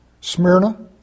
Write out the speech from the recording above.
Smyrna